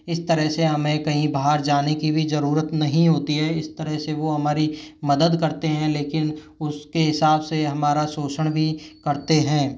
इस तरह से हमें कहीं बाहर जाने की भी ज़रूरत नहीं होती है इस तरह से वो हमारी मदद करते हैं लेकिन उसके हिसाब से हमारा शोषण भी करते हैं